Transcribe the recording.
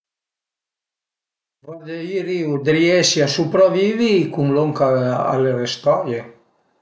Guarderìu dë riesi a supravivi cun lon ch'al e restaie